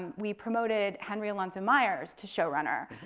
we promoted henry alonzo myers to showrunner.